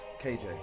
KJ